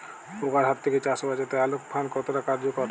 পোকার হাত থেকে চাষ বাচাতে আলোক ফাঁদ কতটা কার্যকর?